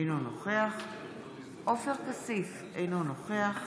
אינו נוכח עופר כסיף, אינו נוכח